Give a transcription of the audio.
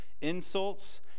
insults